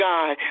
God